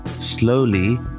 slowly